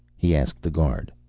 he asked the guard.